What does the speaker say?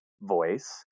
voice